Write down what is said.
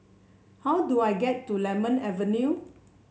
how do I get to Lemon Avenue